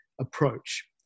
approach